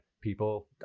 people